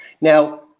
Now